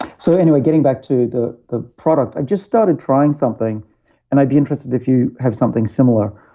so anyway, getting back to the the product, i just started trying something and i'd be interested if you have something similar,